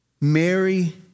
Mary